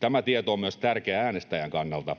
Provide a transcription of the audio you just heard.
Tämä tieto on myös tärkeä äänestäjän kannalta,